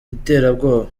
iterabwoba